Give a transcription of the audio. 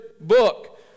book